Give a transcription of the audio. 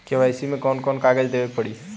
KYC मे कौन कौन कागज देवे के पड़ी?